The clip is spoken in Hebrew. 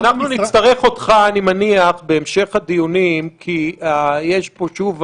נצטרך אותך בהמשך הדיונים כי יש פה שוב,